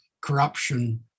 corruption